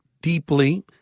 deeply